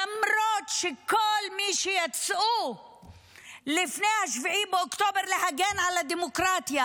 למרות שכל מי שיצאו לפני 7 באוקטובר להגן על הדמוקרטיה